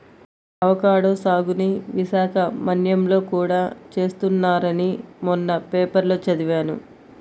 avocado సాగుని విశాఖ మన్యంలో కూడా చేస్తున్నారని మొన్న పేపర్లో చదివాను